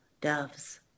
doves